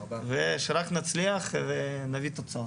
שרק נצליח ונביא תוצאות.